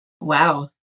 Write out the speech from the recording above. wow